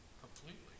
completely